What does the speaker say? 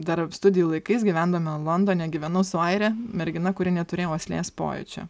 dar studijų laikais gyvendama londone gyvenau su aire mergina kuri neturėjo uoslės pojūčio